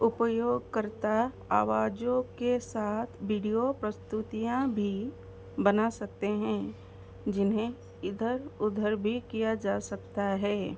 उपयोगकर्ता आवाज़ों के साथ विडियो प्रस्तुतियाँ भी बना सकते हैं जिन्हें इधर उधर भी किया जा सकता है